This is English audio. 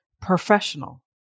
professional